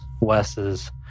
Wes's